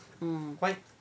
um